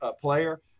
player